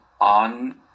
on